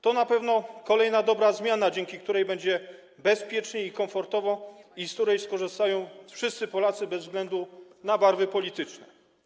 To na pewno kolejna dobra zmiana, dzięki której będzie bezpiecznie i komfortowo i na której skorzystają wszyscy Polacy bez względu na barwy polityczne.